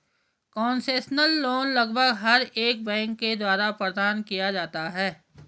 concessional loan लगभग हर एक बैंक के द्वारा प्रदान किया जाता है